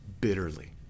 bitterly